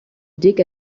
dig